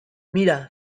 mira